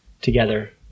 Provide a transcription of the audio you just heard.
together